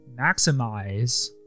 maximize